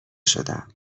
شدم